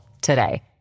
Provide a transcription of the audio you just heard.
today